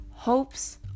hopes